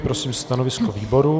Prosím o stanovisko výboru.